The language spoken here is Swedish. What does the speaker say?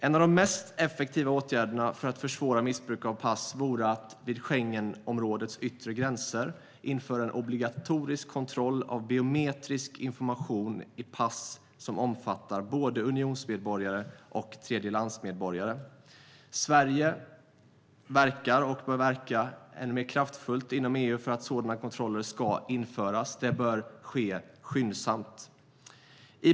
En av de mest effektiva åtgärderna för att försvåra missbruk av pass vore att vid Schengenområdets yttre gränser införa en obligatorisk kontroll av biometrisk information i pass som omfattar både unionsmedborgare och tredjelandsmedborgare. Sverige verkar, och bör verka än mer kraftfullt, inom EU för att sådana kontroller ska införas. Det bör ske skyndsamt. Herr talman!